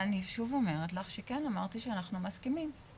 אני שוב אומרת לך שכן, אמרתי שאנחנו מסכימים.